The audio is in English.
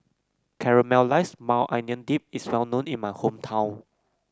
Caramelized Maui Onion Dip is well known in my hometown